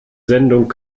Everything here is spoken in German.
sendung